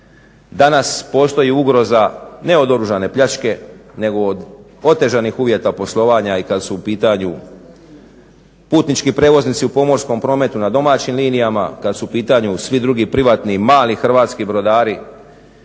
danas postoji ugroza ne od oružane pljačke nego od otežanih uvjeta poslovanja i kad su u pitanju putnički prijevoznici u pomorskom prometu na domaćim linijama, kad su u pitanju svi drugi privatni i mali hrvatski brodari.